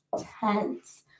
tense